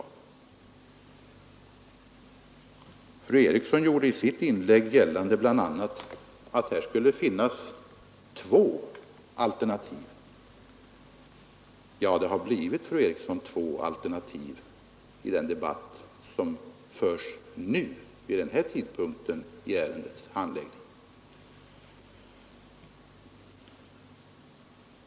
Fru Eriksson i Stockholm gjorde i sitt inlägg gällande bl.a. att här skulle finnas två alternativ, ja, det har blivit, fru Eriksson, två alternativ i den debatt som förs i det här stadiet av ärendets handläggning.